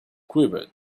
quivered